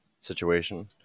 situation